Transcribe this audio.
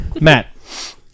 Matt